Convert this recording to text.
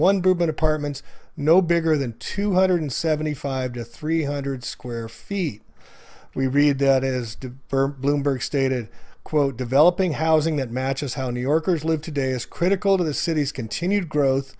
bourbon apartments no bigger than two hundred seventy five to three hundred square feet we read that is firm bloomberg stated quote developing housing that matches how new yorkers live today is critical to the city's continued grow